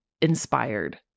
inspired